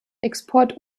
export